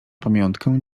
pamiątkę